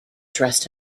dressed